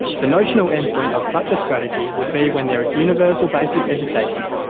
the notional end point of such a strategy would be when there is universal basic education,